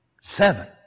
Seven